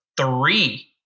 three